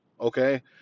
Okay